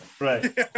right